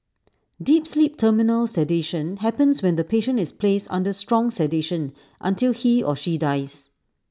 deep sleep terminal sedation happens when the patient is placed under strong sedation until he or she dies